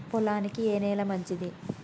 పొలానికి ఏ నేల మంచిది?